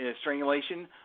strangulation